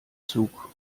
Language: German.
zug